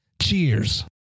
cheers